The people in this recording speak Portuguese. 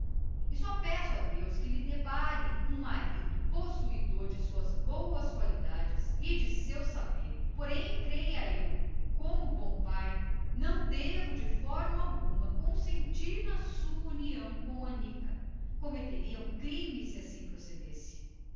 só peço a deus que lhe depare a ela um marido possuidor das suas boas qualidades e do seu saber creia porém que eu como bom pai não devo de forma alguma consentir em semelhante união cometeria um crime se assim procedesse